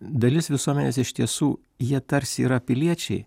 dalis visuomenės iš tiesų jie tarsi yra piliečiai